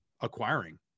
acquiring